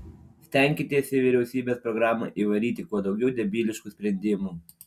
stenkitės į vyriausybės programą įvaryti kuo daugiau debiliškų sprendimų